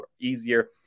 easier